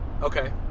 Okay